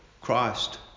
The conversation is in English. Christ